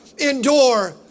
endure